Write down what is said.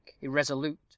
irresolute